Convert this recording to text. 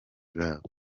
babo